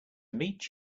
meet